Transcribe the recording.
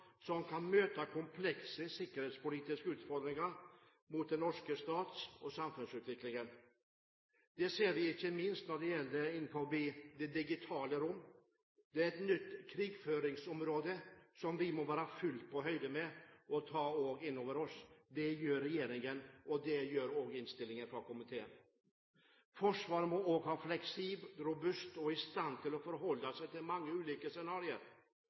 som kan møte komplekse sikkerhetspolitiske utfordringer når det gjelder den norske stat og samfunnsutviklingen. Det ser vi ikke minst innenfor det digitale rom. Det er et nytt krigføringsområde som vi må være fullt på høyde med og også ta inn over oss. Det gjør regjeringen, og det gjør en også i innstillingen fra komiteen. Forsvaret må være fleksibelt, robust og i stand til å forholde seg til mange ulike scenarioer.